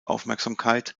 aufmerksamkeit